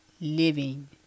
living